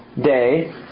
day